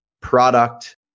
product